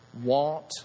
want